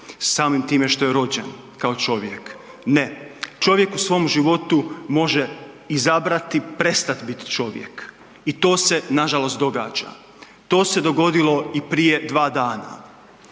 samim time što je rođen kao čovjek. Ne, čovjek u svom životu može izabrati prestat bit čovjek i to se nažalost događa. To se dogodilo i prije 2 dana,